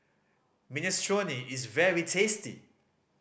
minestrone is very tasty